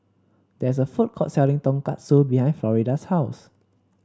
there is a food court selling Tonkatsu behind Florida's house